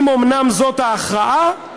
אם אומנם זו ההכרעה,